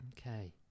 okay